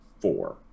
four